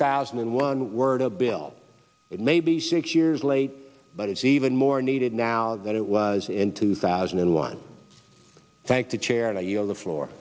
thousand and one word a bill it may be six years late but it's even more needed now than it was in two thousand and one thank the chair and i yield the floor